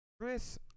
Chris